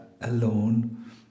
alone